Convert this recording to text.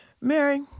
Mary